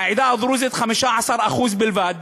מהעדה הדרוזית, 15% בלבד,